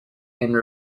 and